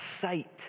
sight